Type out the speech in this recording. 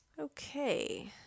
Okay